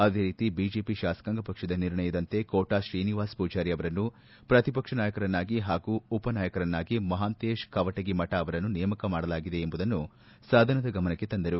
ಅದೇ ರೀತಿ ಬಿಜೆಪಿ ಶಾಸಕಾಂಗ ಪಕ್ಷದ ನಿರ್ಣಯದಂತೆ ಕೋಟಾ ಶ್ರೀನಿವಾಸ್ ಪೂಜಾರಿ ಅವರನ್ನು ಪ್ರತಿಪಕ್ಷ ನಾಯಕರನ್ನಾಗಿ ಪಾಗೂ ಉಪನಾಯಕರನ್ನಾಗಿ ಮಹಂತೇಶ್ ಕವಟಗಿ ಮಠ ಅವರನ್ನು ನೇಮಕ ಮಾಡಲಾಗಿದೆ ಎಂಬುದನ್ನು ಸದನದ ಗಮನಕ್ಕೆ ತಂದರು